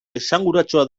esanguratsua